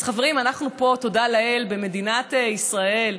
אז חברים, אנחנו פה, תודה לאל, במדינת ישראל.